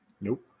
Nope